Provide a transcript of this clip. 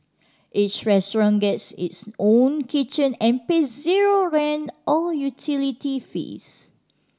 each restaurant gets its own kitchen and pay zero rent or utility fees